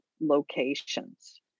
locations